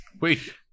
Wait